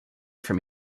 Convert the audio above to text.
from